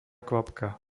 kvapka